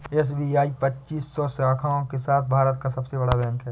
SBI पच्चीस सौ शाखाओं के साथ भारत का सबसे बड़ा बैंक है